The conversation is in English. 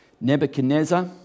Nebuchadnezzar